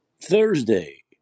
Thursday